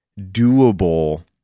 doable